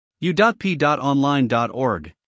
U.P.Online.org